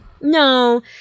no